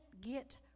get